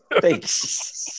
Thanks